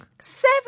Seven